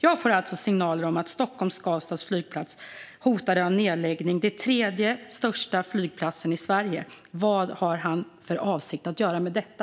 Jag får alltså signaler om att Stockholm Skavsta Flygplats - den tredje största flygplatsen i Sverige - hotas av nedläggning. Vad har infrastrukturministern för avsikt att göra med detta?